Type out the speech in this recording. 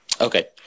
Okay